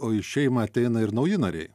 o į šeimą ateina ir nauji nariai